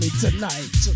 tonight